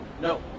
No